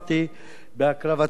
בהקרבתם של בעלי-חיים,